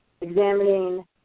examining